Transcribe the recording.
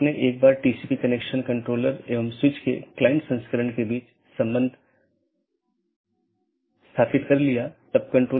एक गैर मान्यता प्राप्त ऑप्शनल ट्रांसिटिव विशेषता के साथ एक पथ स्वीकार किया जाता है और BGP साथियों को अग्रेषित किया जाता है